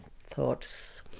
thoughts